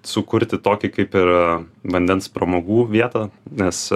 sukurti tokį kaip ir vandens pramogų vietą nes